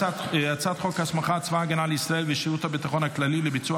הצעת חוק הסמכת צבא הגנה לישראל ושירות הביטחון הכללי לביצוע